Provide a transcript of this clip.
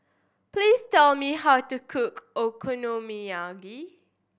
please tell me how to cook Okonomiyaki